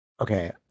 Okay